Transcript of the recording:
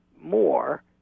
more